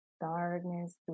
darkness